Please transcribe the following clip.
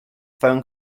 phone